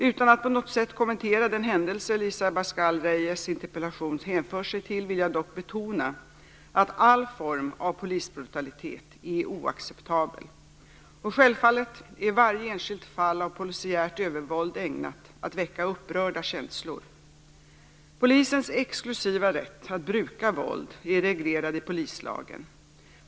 Utan att på något sätt kommentera den händelse Elisa Abascal Reyes interpellation hänför sig till vill jag dock betona att all form av polisbrutalitet är oacceptabel. Och självfallet är varje enskilt fall av polisiärt övervåld ägnat att väcka upprörda känslor. Polisens exklusiva rätt att bruka våld är reglerad i polislagen .